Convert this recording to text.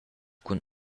cun